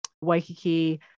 Waikiki